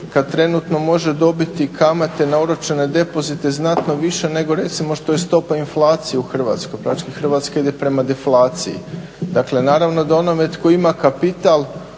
kada trenutno može dobiti kamate na oročene depozite znatno više nego recimo što je stopa inflacije u Hrvatskoj, praktički Hrvatska ide prema deflaciji. Dakle, naravno da onome tko ima kapital